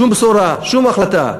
שום בשורה, שום החלטה.